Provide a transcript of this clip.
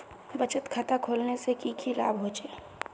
बचत खाता खोलने से की की लाभ होचे?